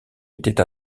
étaient